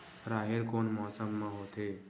राहेर कोन मौसम मा होथे?